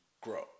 grow